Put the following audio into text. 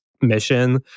mission